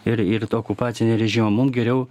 ir ir tą okupacinį režimą mum geriau